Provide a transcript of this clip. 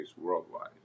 worldwide